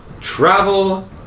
travel